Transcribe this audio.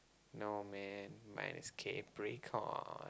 no man mine's Capricorn